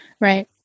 Right